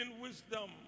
wisdom